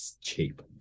cheap